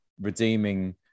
redeeming